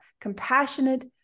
compassionate